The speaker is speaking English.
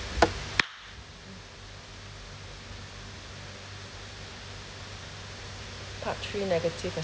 part three negative experiences